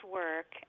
work